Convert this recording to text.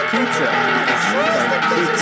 Pizza